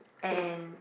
and